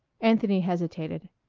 anthony hesitated.